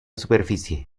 superficie